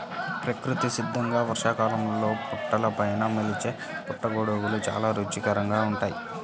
ప్రకృతి సిద్ధంగా వర్షాకాలంలో పుట్టలపైన మొలిచే పుట్టగొడుగులు చాలా రుచికరంగా ఉంటాయి